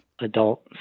Adult